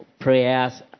prayers